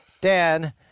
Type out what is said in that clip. Dan